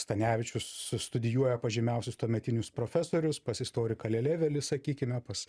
stanevičius studijuoja pas žymiausius tuometinius profesorius pas istoriką lelevelį sakykime pas